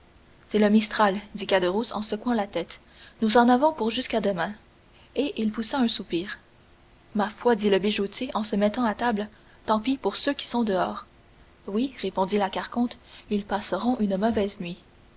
c'est le mistral dit caderousse en secouant la tête nous en avons pour jusqu'à demain et il poussa un soupir ma foi dit le bijoutier en se mettant à table tant pis pour ceux qui sont dehors oui reprit la carconte ils passeront une mauvaise nuit